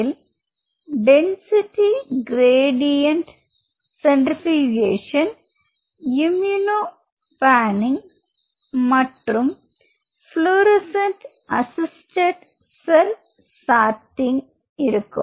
இதில் density gradient centrifugation immuno panning மற்றும் fluorescent assisted cell sorting இருக்கும்